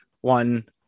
one